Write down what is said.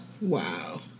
wow